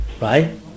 Right